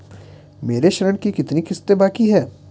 मेरे ऋण की कितनी किश्तें बाकी हैं?